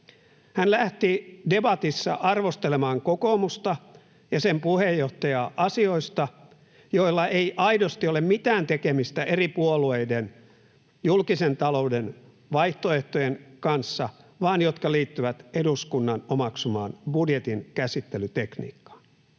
Hän lähti debatissa arvostelemaan kokoomusta ja sen puheenjohtajaa asioista, joilla ei aidosti ole mitään tekemistä eri puolueiden julkisen talouden vaihtoehtojen kanssa vaan jotka liittyvät eduskunnan omaksumaan budjetin käsittelytekniikkaan.